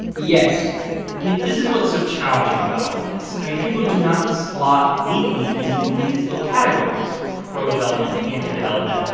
yes i mean, this is what's so challenging about all of this. i mean, people do not slot neatly into these little categories pro-development, anti-development,